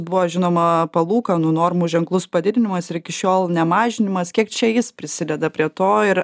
buvo žinoma palūkanų normų ženklus padidinimas ir iki šiol nemažinimas kiek čia jis prisideda prie to ir